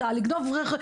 גנבה.